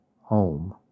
home